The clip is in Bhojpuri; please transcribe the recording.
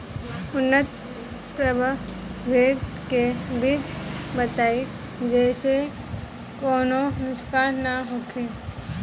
उन्नत प्रभेद के बीज बताई जेसे कौनो नुकसान न होखे?